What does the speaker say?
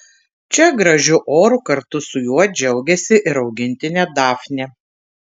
čia gražiu oru kartu su juo džiaugiasi ir augintinė dafnė